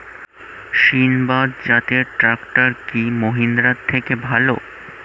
সিণবাদ জাতের ট্রাকটার কি মহিন্দ্রার থেকে ভালো?